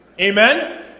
Amen